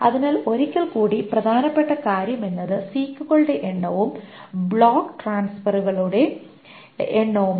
അതിനാൽ ഒരിക്കൽ കൂടി പ്രധാനപ്പെട്ട കാര്യം എന്നത് സീക്കുകളുടെ എണ്ണവും ബ്ലോക്ക് ട്രാൻസ്ഫെറുകളുടെ എണ്ണവുമാണ്